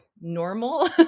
normal